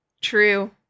True